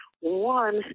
One